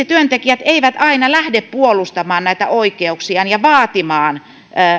työntekijät eivät aina lähde puolustamaan näitä oikeuksiaan ja vaatimaan